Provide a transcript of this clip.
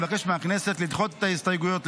אני מבקש מהכנסת לדחות את ההסתייגויות,